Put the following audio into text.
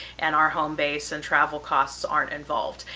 and our home base and travel costs aren't involved.